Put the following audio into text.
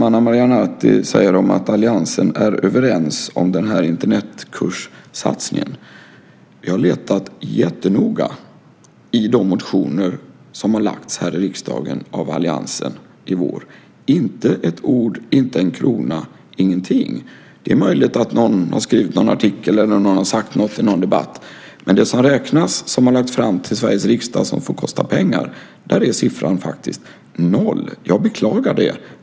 Ana Maria Narti säger att alliansen är överens om Internetkurssatsningen. Jag har letat noga i de motioner som har väckts i riksdagen av alliansen under våren. Det finns inte ett ord eller en krona. Ingenting. Det är möjligt att någon har skrivit en artikel eller har sagt något i en debatt, men för det som räknas, som har lagts fram för Sveriges riksdag och som får kosta pengar, är siffran faktiskt 0. Jag beklagar det.